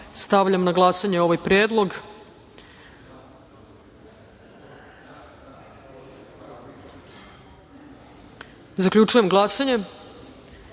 godine. Stavljam na glasanje ovaj predlog. Zaključujem glasanje: